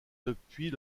depuis